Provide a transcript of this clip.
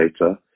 later